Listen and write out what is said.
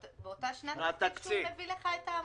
באותה שנת תקציב שהוא מביא לך את העמותה.